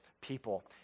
people